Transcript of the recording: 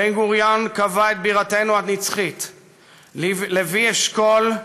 בן-גוריון קבע בה את בירתנו הנצחית, לוי אשכול,